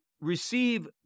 receive